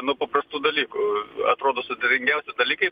nuo paprastų dalykų atrodo sudėtingiausi dalykai